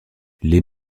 les